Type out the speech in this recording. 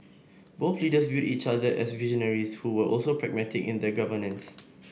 both leaders viewed each other as visionaries who were also pragmatic in their governance